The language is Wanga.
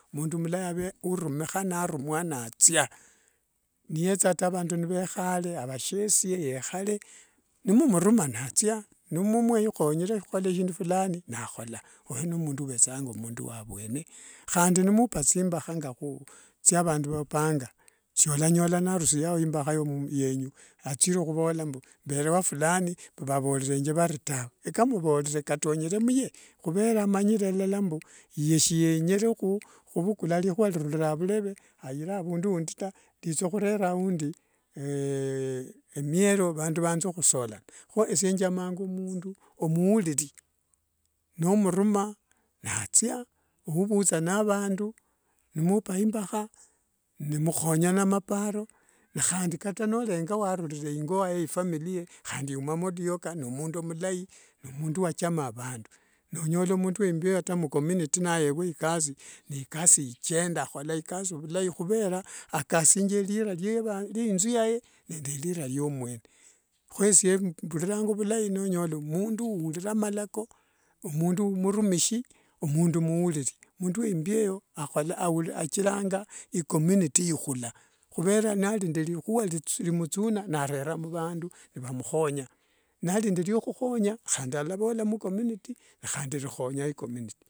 Mundu mulai ave urumikha, narumwa nathia nietha ata avandu nivekhale, avashieshia yekhale n mumuruma nathia nimwikhonyera khuhola shindu fulani nakhola oyo n mundu uvechanga mundu wa avhwene. Handi nimupa thimbakha thia avandu vopanga sholanyola ao narusirieo imbakha ya mundu yenyu athire huvola mbu, mbere ea fulani mbu vavorerenge vari tawe, akamvorere katobgere munie. Khuvera amanyire la mbushienyere khuvukula likhua avuleve aire avundu undi taa lithukhurera aundi emiero vandu vanthe khusolana. Khwesie enjamanga emundu omuliri nomuruma nathia ouvutha na vandu, nimupaa imbakha ninukhonyana maparo nehandi kata nolenga warurire ingowr ifamilia ye handi iumamo luokan mundu mlai n mundu wachama a vandu. Nonyola mundu wa embeo ata mcommunity nayevua ikasi na ikasi ichenda akhola ikasi vilai akasingia lira lie lie inthu yae nende lira lie mwenye. Khwesie mbuliranga vulai nonyola mundu ulira malako omundu murumishi mundu muuliri. Mundu wa imbii eyo a achiranga i community ikhula khuvera nali nende likhua limuthuna narera m vandu n vamukhnya. Nalinende liakhuhonya handi yalavola mcommunity nehandi likhonya icommunity.